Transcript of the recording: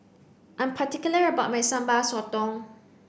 I'm particular about my Sambal Sotong